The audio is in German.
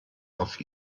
auf